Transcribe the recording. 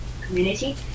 community